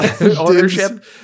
ownership